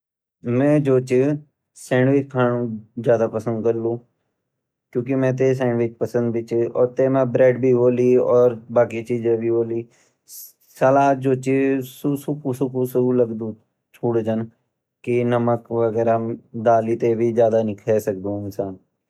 मैं जू ची ससैंडविच खांड ज़्यादा पसंद करलु क्युकी मैते सैंडविच पसंद भी ची अर तेमा ब्रेड भी वोली अर बाकी चीज़ भी वोली अर सा ;लड़ जू ची ऊ सुखू -सूखू